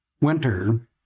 winter